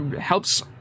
Helps